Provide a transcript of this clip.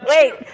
Wait